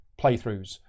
playthroughs